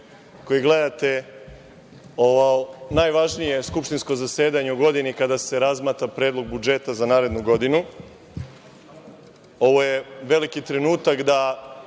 koji gledate ovo najvažnije skupštinsko zasedanje u godini kada se razmatra predlog budžeta za narednu godinu. Ovo je veliki trenutak da